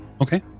Okay